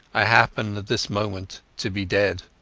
i happen at this moment to be dead